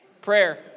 Prayer